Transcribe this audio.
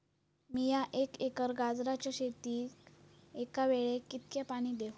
मीया एक एकर गाजराच्या शेतीक एका वेळेक कितक्या पाणी देव?